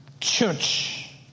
church